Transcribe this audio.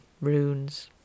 runes